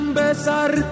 besar